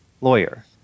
Lawyer